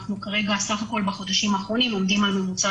אנחנו בסך הכול בחודשים האחרונים עומדים על ממוצע